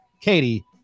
Katie